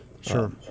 Sure